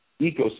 ecosystem